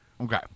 Okay